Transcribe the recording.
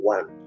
One